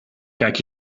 kijk